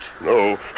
No